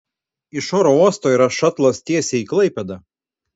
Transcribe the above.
iš oro uosto yra šatlas tiesiai į klaipėdą